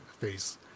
face